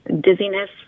dizziness